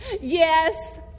Yes